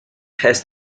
has